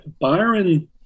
Byron